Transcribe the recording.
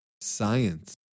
science